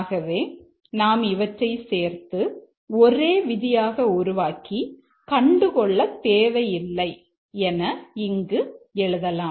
ஆகவே நாம் இவற்றை சேர்த்து ஒரே விதியாக உருவாக்கி கண்டு கொள்ளத் தேவையில்லை என இங்கு எழுதலாம்